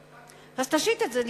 אז תשית את זה,